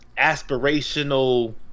aspirational